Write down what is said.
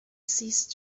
ceased